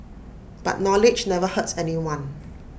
but knowledge never hurts anyone